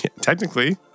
Technically